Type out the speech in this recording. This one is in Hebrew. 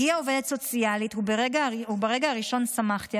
הגיעה עובדת סוציאלית וברגע הראשון שמחתי,